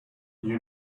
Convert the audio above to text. you